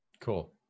Cool